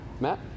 Matt